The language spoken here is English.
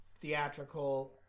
theatrical